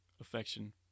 affection